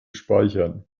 speichern